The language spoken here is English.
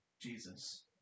Jesus